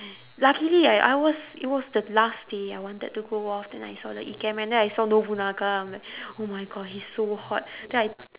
luckily I I was it was the last day I wanted to go off then I saw the ikemen then I saw nobunaga I'm like oh my god he's so hot then I